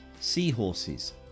Seahorses